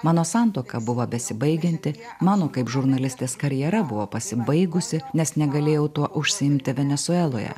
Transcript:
mano santuoka buvo besibaigianti mano kaip žurnalistės karjera buvo pasibaigusi nes negalėjau tuo užsiimti venesueloje